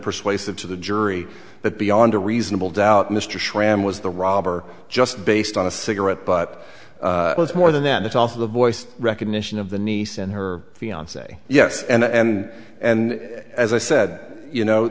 persuasive to the jury that beyond a reasonable doubt mr schramm was the robber just based on a cigarette but it's more than that it's also the voice recognition of the niece and her fiance yes and and and as i said you know